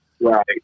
Right